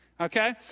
Okay